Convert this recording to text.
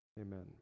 Amen